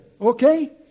okay